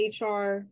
HR